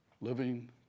living